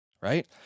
right